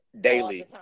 daily